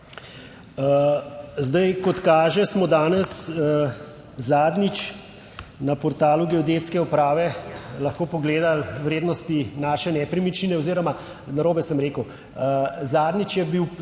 Zdaj, kot kaže smo danes zadnjič na portalu geodetske uprave lahko pogledali vrednosti naše nepremičnine oziroma narobe sem rekel, zadnjič je bil